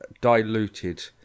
diluted